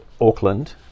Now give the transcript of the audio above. Auckland